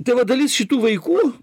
tai va dalis šitų vaikų